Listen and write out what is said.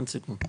אין סיכום.